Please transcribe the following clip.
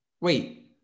wait